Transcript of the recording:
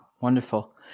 Wonderful